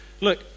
Look